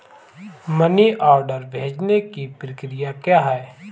Money order भेजने की प्रक्रिया क्या है?